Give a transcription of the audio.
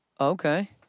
Okay